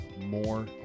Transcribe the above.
more